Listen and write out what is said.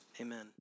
Amen